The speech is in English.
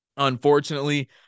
Unfortunately